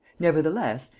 nevertheless,